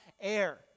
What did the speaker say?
air